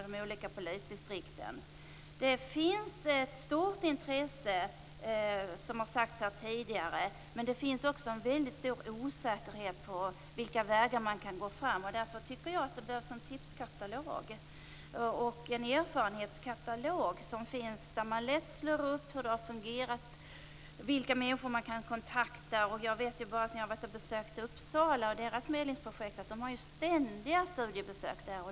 Det finns, som påpekats här tidigare, ett stort intresse, men det finns också en väldigt stor osäkerhet vad gäller vilka vägar man kan gå fram. Därför tycker jag att det behövs en katalog med tips och erfarenheter, där man kan få reda på hur det har fungerat och vilka människor man kan kontakta. Jag har besökt medlingsprojektet i Uppsala, och de har ständiga studiebesök.